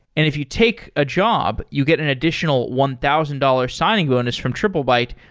if you take a job, you get an additional one thousand dollars signing bonus from triplebyte,